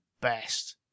best